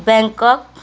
Bangkok